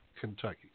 Kentucky